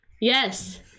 yes